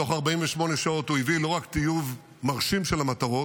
תוך 48 שעות הוא הביא לא רק טיוב מרשים של המטרות,